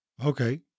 Okay